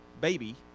baby